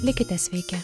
likite sveiki